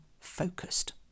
focused